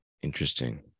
Interesting